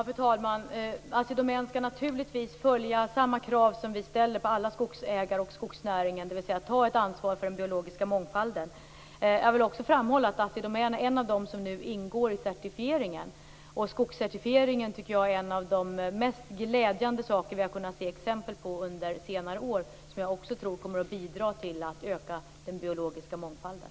Fru talman! Assi Domän skall naturligtvis uppfylla samma krav som vi ställer på alla skogsägare och skogsnäringen, dvs. ta ett ansvar för den biologiska mångfalden. Jag vill framhålla att Assi Domän är en av dem som nu ingår i certifieringen. Skogscertifieringen tycker jag är ett av de mest glädjande exemplen under senare år, som jag tror kommer att bidra till att öka den biologiska mångfalden.